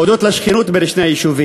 הודות לשכנות בין שני היישובים.